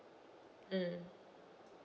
mm